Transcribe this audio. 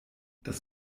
das